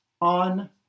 On